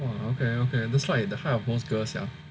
!wah! okay okay this like at the height of most girls sia